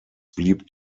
blieb